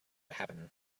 happen